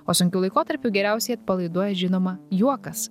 o sunkiu laikotarpiu geriausiai atpalaiduoja žinoma juokas